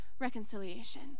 reconciliation